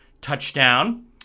touchdown